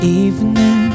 evening